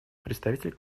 представитель